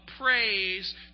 praise